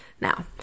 Now